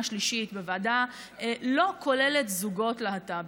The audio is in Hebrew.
ושלישית בוועדה לא כוללת זוגות להט"בים.